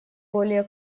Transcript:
более